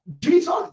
Jesus